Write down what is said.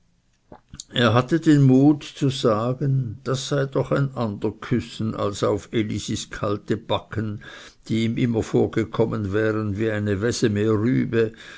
er hatte den mut zu sagen das sei doch ein ander küssen als auf elisis kalte backen die ihm immer vorgekommen wären wie eine weseme rübe